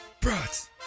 Broads